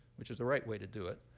which is the right way to do it.